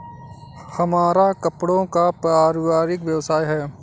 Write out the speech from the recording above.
हमारा कपड़ों का पारिवारिक व्यवसाय है